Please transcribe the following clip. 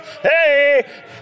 hey